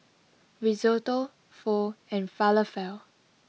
Risotto Pho and Falafel